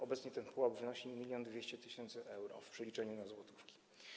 Obecnie ten pułap wynosi 1200 tys. euro w przeliczeniu na złotówki.